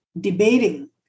debating